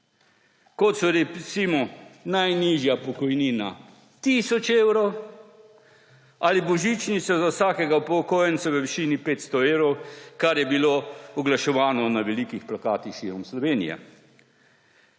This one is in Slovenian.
Kot so recimo, najnižja pokojnina tisoč evrov ali božičnica za vsakega upokojenca v višini 500 evrov, kar je bilo oglaševano na velikih plakatih širom Slovenije.